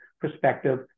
perspective